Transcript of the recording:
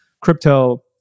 crypto